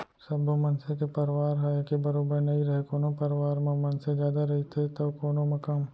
सब्बो मनसे के परवार ह एके बरोबर नइ रहय कोनो परवार म मनसे जादा रहिथे तौ कोनो म कम